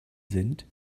sind